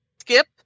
skip